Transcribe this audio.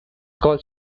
called